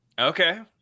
Okay